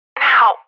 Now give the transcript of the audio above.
now